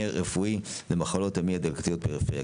רפואי למחלות המעי הדלקתיות בפריפריה.